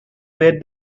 where